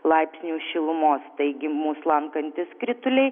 laipsnių šilumos taigi mus lankantys krituliai